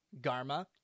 Garma